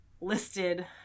listed